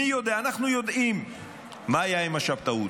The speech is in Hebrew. אנחנו יודעים מה היה עם השבתאות.